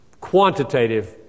quantitative